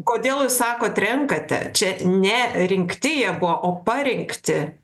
kodėl jūs sakot renkate čia ne rinkti jie buvo o parinkti